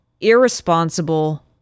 irresponsible